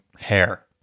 hair